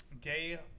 gay